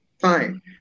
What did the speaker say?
Fine